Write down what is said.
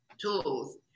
tools